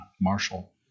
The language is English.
Marshall